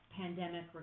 pandemic